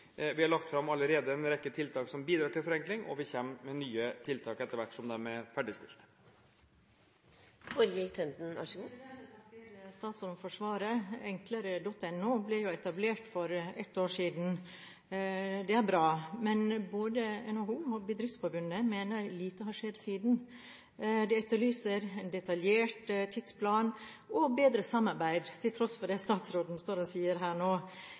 Vi har allerede lagt fram en rekke tiltak som bidrar til forenkling, og vi kommer med nye tiltak etter hvert som de er ferdigstilt. Jeg takker statsråden for svaret. Nettstedet enklere.no ble etablert for ett år siden. Det er bra. Men både NHO og Bedriftsforbundet mener lite har skjedd siden. De etterlyser en detaljert tidsplan og bedre samarbeid, til tross for det statsråden står og sier her nå.